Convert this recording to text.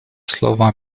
слово